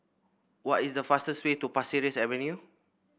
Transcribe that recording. what is the fastest way to Pasir Ris Avenue